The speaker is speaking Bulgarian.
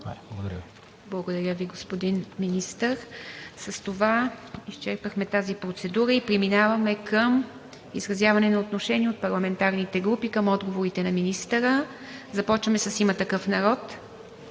Благодаря Ви, господин Министър. С това изчерпахме тази процедура и преминаваме към изразяване на отношение от парламентарните групи към отговорите на министъра. Започваме с „Има такъв народ“.